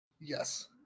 Yes